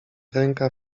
ręka